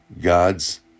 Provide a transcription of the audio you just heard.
God's